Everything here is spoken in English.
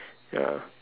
ya